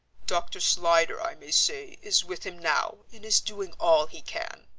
dr. slyder, i may say, is with him now and is doing all he can.